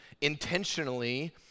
intentionally